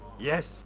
Yes